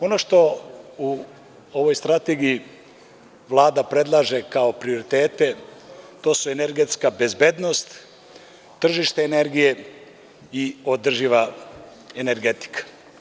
Ono što u ovoj Strategiji Vlada predlaže, kao prioritete, to su energetska bezbednost, tržište energije i održiva energetika.